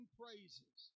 praises